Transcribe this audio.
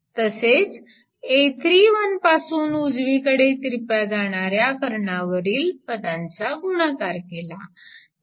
तसेच a31 पासून उजवीकडे तिरप्या जाणाऱ्या कर्णावरील पदांचा गुणाकार केला